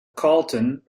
carleton